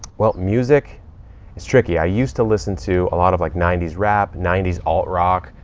well, music is tricky. i used to listen to a lot of like nineties rap, nineties alt rock.